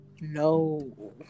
No